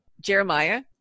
Jeremiah